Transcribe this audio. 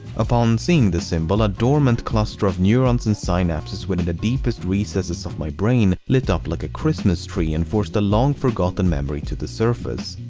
upon seeing the symbol, a dormant cluster of neurons and synapses within the deepest recesses of my brain lit up like a christmas tree, and forced a long-forgotten memory to the surface.